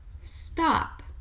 stop